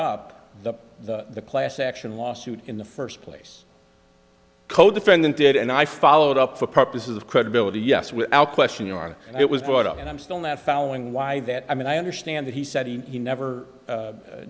up the class action lawsuit in the first place codefendant did and i followed up for purposes of credibility yes without question your it was brought up and i'm still not following why that i mean i understand that he said he never